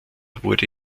wurde